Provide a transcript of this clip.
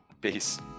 Peace